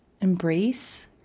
embrace